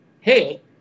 hey